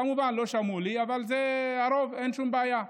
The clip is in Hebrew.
כמובן, לא שמעו לי, אבל זה הרוב, אין שום בעיה.